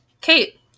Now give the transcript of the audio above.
Kate